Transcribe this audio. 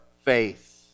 faith